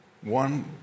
one